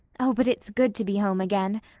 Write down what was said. oh, but it's good to be home again!